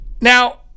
Now